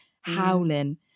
howling